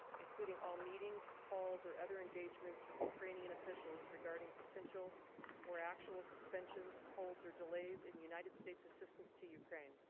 including all meetings, calls or other engagements, with ukrainian officials, regarding potential or actual suspensions, holds or delays in the united states assistance to ukraine.